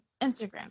instagram